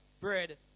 bread